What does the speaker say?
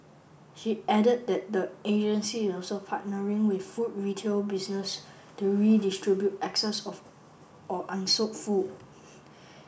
she added that the agency is also partnering with food retail businesses to redistribute excess or or unsold food